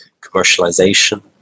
commercialization